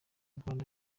rwanda